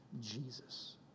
Jesus